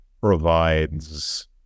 provides